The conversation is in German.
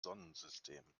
sonnensystem